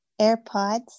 AirPods